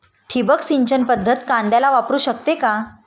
ठिबक सिंचन पद्धत कांद्याला वापरू शकते का?